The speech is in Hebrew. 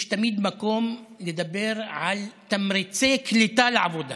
יש תמיד מקום לדבר על תמריצי קליטה לעבודה